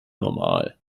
normal